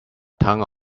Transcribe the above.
tongue